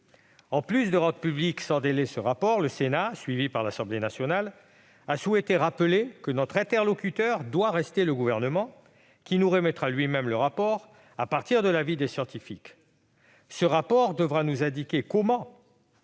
En plus de rendre public sans délai ce rapport, le Sénat, suivi par l'Assemblée nationale, a souhaité rappeler que notre interlocuteur doit rester le Gouvernement, qui nous remettra lui-même un rapport à partir de l'avis des scientifiques. Ce rapport devra nous indiquer comment